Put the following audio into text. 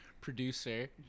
Producer